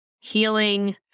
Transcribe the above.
healing